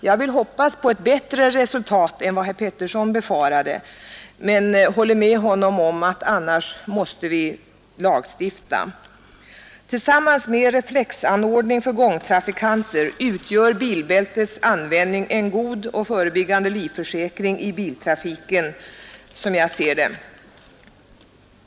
Jag vill hoppas på ett bättre resultat än vad herr Pettersson befarade men håller med honom om att vi annars måste lagstifta. Tillsammans med reflexanordning för gångtrafikanter utgör, enligt min mening, bilbältens användning en god och förebyggande livförsäkring i biltrafiken.